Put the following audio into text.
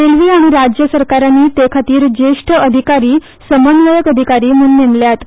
रेल्वे आनी राज्य सरकारानी तेखातीर ज्येष्ठ अधिकारी समन्वयक अधिकारी म्हण नेमल्यात